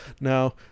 Now